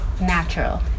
natural